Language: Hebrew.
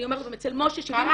אני אומרת גם אצל מש"ה -- כמה?